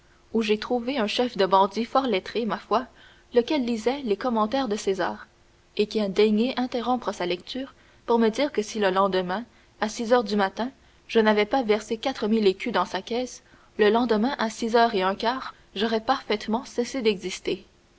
où j'ai trouvé un chef de bandits fort lettré ma foi lequel lisait les commentaires de césar et qui a daigné interrompre sa lecture pour me dire que si le lendemain à six heures du matin je n'avais pas versé quatre mille écus dans sa caisse le lendemain à six heures et un quart j'aurais parfaitement cessé d'exister